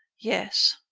yes.